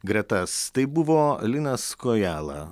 gretas tai buvo linas kojala